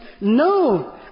No